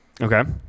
Okay